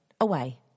away